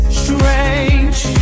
strange